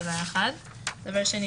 דבר שני,